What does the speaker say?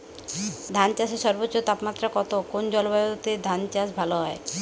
ধান চাষে সর্বোচ্চ তাপমাত্রা কত কোন জলবায়ুতে ধান চাষ ভালো হয়?